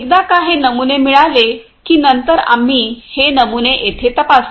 एकदा का हे नमुने मिळाले की नंतर आम्ही हे नमुने येथे तपासतो